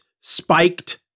spiked